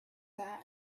there